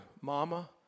Mama